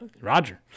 Roger